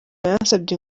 yansabye